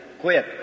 quit